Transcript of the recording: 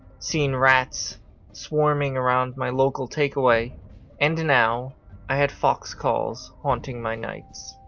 seeing rats swarming around my local takeaway and now i had fox calls haunting my nights.